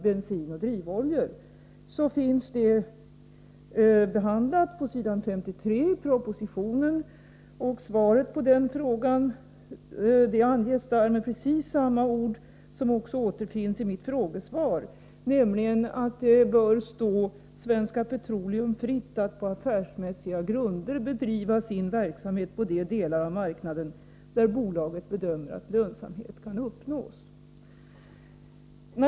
Men den är behandlad på s. 53 i propositionen, och svaret på frågan i detta sammanhang anges där med precis samma ord som återfinns i mitt frågesvar, nämligen att ”det bör stå Svenska Petroleum fritt att på affärsmässiga grunder bedriva sin verksamhet på de delar av marknaden där bolaget bedömer att lönsamhet kan uppnås”.